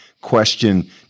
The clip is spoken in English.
question